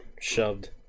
shoved